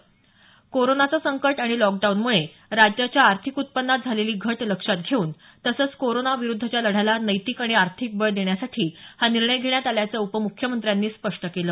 कोरोनाचं संकट आणि लॉकडाऊनमुळे राज्याच्या आर्थिक उत्पन्नात झालेली घट लक्षात घेऊन तसंच कोरोनाविरुद्धच्या लढ्याला नैतिक आणि आर्थिक बळ देण्यासाठी हा निर्णय घेण्यात आल्याचं उपमुख्यमंत्र्यांनी स्पष्ट केलं